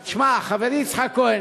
חברי יצחק כהן,